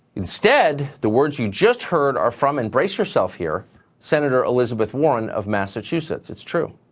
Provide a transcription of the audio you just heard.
instead, the words you just heard are from and brace yourself, here senator elizabeth warren of massachusetts. it's true.